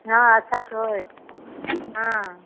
हाँ अच्छा तो हय हाँ